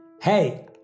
Hey